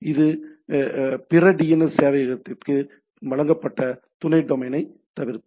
இது பிற டிஎன்எஸ் சேவையகத்திற்கு வழங்கப்பட்ட துணை டொமைனைத் தவிர்த்து